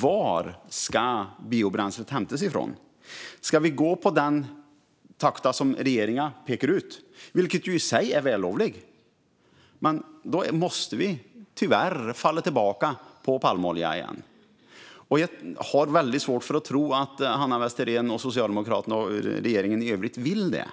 Var ska biobränslet hämtas ifrån? Ska vi gå i den takt som regeringen pekar ut, vilket i sig är vällovligt, måste vi tyvärr falla tillbaka på palmolja igen. Jag har väldigt svårt att tro att Hanna Westerén, Socialdemokraterna och regeringen i övrigt vill det.